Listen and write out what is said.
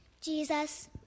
Jesus